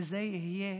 וזה יהיה